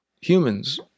humans